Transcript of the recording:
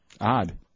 Odd